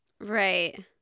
right